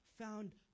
found